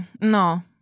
no